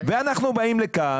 ואנחנו באים לכאן